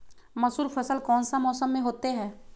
मसूर फसल कौन सा मौसम में होते हैं?